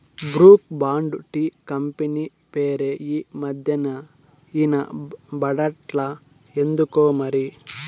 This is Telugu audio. బ్రూక్ బాండ్ టీ కంపెనీ పేరే ఈ మధ్యనా ఇన బడట్లా ఎందుకోమరి